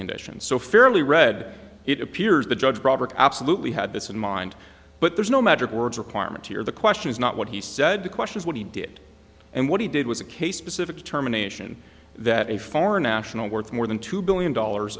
conditions so fairly read it appears the judge roberts absolutely had this in mind but there's no magic words requirement here the question is not what he said to questions what he did and what he did was a case specific determination that a foreign national worth more than two billion dollars